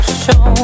show